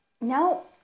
No